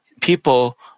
people